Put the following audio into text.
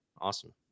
awesome